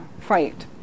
fight